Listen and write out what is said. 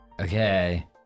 Okay